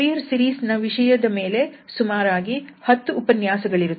Fourier series ನ ವಿಷಯದ ಮೇಲೆ ಸುಮಾರಾಗಿ 10 ಉಪನ್ಯಾಸಗಳಿರುತ್ತವೆ